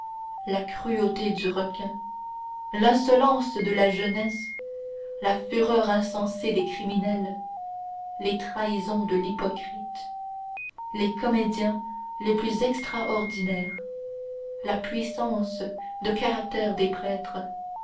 la cruauté du requin l'insolence de la jeunesse la fureur insensée des criminels les trahisons de l'hypocrite les comédiens les plus extraordinaires la puissance de caractère des prêtres